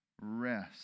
rest